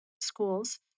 schools